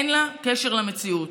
אין לה קשר למציאות.